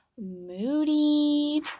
moody